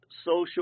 social